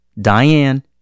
Diane